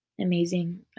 amazing